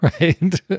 Right